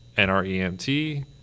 N-R-E-M-T